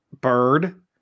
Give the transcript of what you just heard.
bird